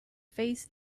face